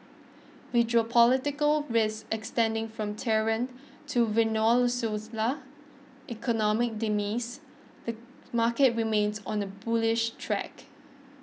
with geopolitical risk extending from Tehran to economic demise the market remains on a bullish track